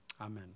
Amen